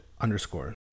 underscore